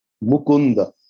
Mukunda